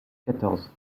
quatorze